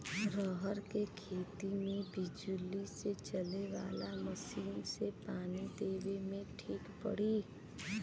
रहर के खेती मे बिजली से चले वाला मसीन से पानी देवे मे ठीक पड़ी?